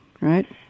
right